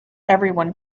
everyone